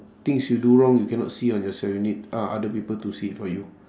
things you do wrong you cannot see on yourself you need o~ other people to see it for you